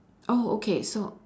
oh okay so